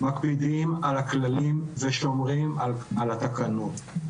מקפידים על הכללים ושומרים על התקנות.